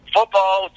Football